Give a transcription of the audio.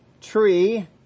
tree